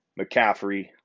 McCaffrey